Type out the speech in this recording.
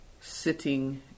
sitting